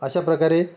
अशा प्रकारे